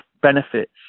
benefits